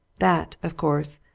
that, of course,